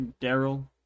Daryl